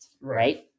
right